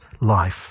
life